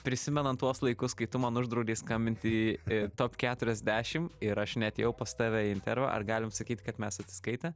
prisimenant tuos laikus kai tu man uždraudei skambinti į top keturiasdešim ir aš neatėjau pas tave į intervą ar galim sakyt kad mes atsiskaitę